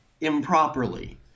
improperly